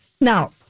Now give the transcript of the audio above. Now